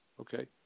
Okay